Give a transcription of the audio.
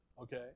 Okay